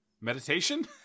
Meditation